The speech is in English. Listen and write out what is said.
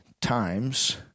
times